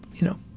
you know,